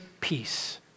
peace